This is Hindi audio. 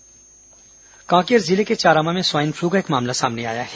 कांकेर स्वाइन फ्लू कांकेर जिले के चारामा में स्वाइन फ्लू का एक मामला सामने आया है